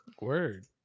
Word